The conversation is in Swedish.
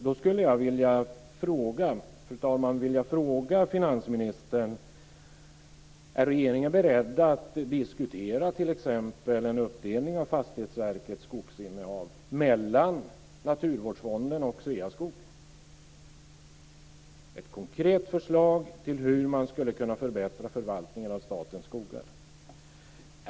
Då skulle jag, fru talman, vilja fråga finansministern: Är regeringen beredd att diskutera t.ex. en uppdelning av Fastighetsverkets skogsinnehav mellan Naturvårdsfonden och Sveaskog? Det är ett konkret förslag till hur man skulle kunna förbättra förvaltningen av statens skogar.